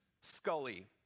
Scully